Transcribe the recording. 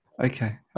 Okay